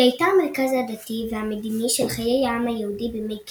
היא הייתה המרכז הדתי והמדיני של חיי העם היהודי בימי קדם,